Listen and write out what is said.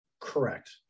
Correct